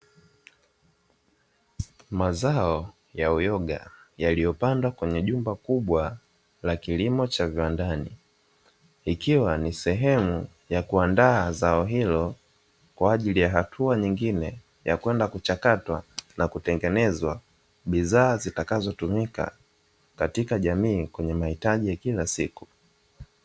Mazao ya uyoga yaliyopandwa kwenye jumba kubwa la kilimo cha viwandani, ikiwa ni sehemu ya kuandaa zao hilo kwa ajili ya hatua nyingine; ya kwenda kuchakatwa na kutengenezwa bidhaa zitakazotumika katika jamii, kwenye mahitaji ya kila siku.